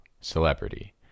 celebrity